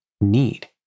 need